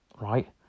Right